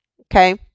Okay